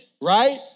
right